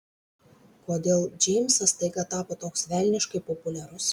kodėl džeimsas staiga tapo toks velniškai populiarus